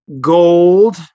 gold